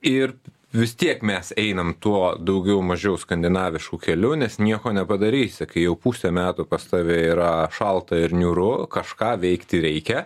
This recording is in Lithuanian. ir vis tiek mes einam tuo daugiau mažiau skandinavišku keliu nes nieko nepadarysi kai jau pusę metų pas tave yra šalta ir niūru kažką veikti reikia